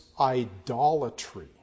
idolatry